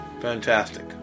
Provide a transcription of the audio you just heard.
Fantastic